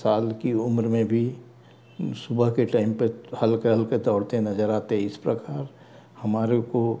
साल की उम्र में भी सुबह के टाइम पर हल्का हल्का दौड़ते नजर आते हैं इस प्रकार हमारे को